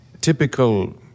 typical